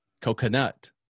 Coconut